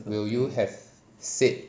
will you have said